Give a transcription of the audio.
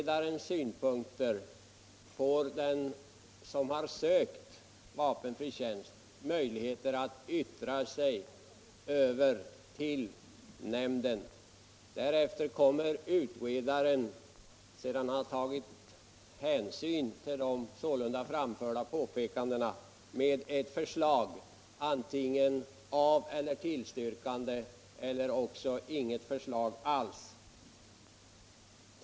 Den som har sökt vapenfri tjänst får möjlighet att hos nämnden yttra sig över utredarens synpunkter. Sedan utredaren har tagit hänsyn till de sålunda framförda påpekandena framlägger han ett aveller ett tillstyrkande eller också inget förslag alls.